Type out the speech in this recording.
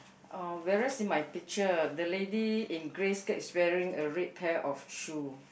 uh whereas in my picture the lady in grey skirt is wearing a red pair of shoe